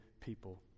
people